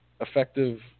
effective